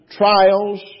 trials